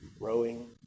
Rowing